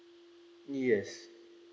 yes